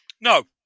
No